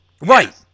Right